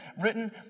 written